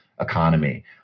economy